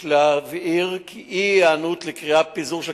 יש להבהיר כי אי-היענות לקריאת פיזור של